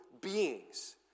beings